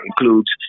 includes